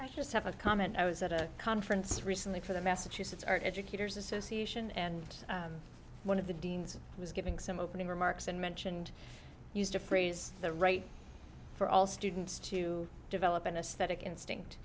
i just have a comment i was at a conference recently for the massachusetts our educators association and one of the deans was giving some opening remarks and mentioned used the phrase the right for all students to develop an aesthetic instinct